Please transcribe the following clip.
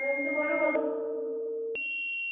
হ্যাঁ দিদি বলুন